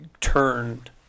turned